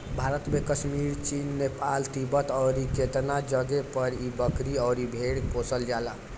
भारत में कश्मीर, चीन, नेपाल, तिब्बत अउरु केतना जगे पर इ बकरी अउर भेड़ के पोसल जाला